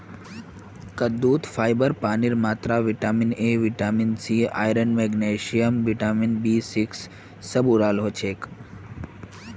कद्दूत फाइबर पानीर मात्रा vitamin A vitamin C iron magnesium vitamin B six स भोराल हछेक